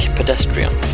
Pedestrian